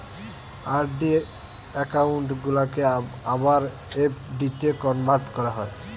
RD account গুলাকে আবার এফ.ডিতে কনভার্ট করা যায়